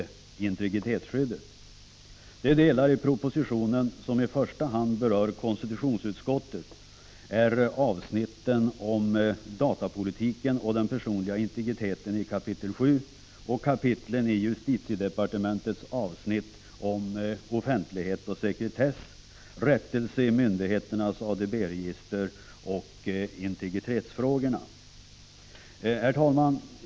De delar i propositionen som i första hand berör konstitutionsutskottet är avsnitten om datapolitiken och den personliga integriteten i kap. 7 och kapitlen i justitiedepartementets avsnitt om offentlighet och sekretess, rättelse i myndigheternas ADB-register och integritetsfrågorna. Herr talman!